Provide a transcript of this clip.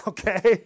Okay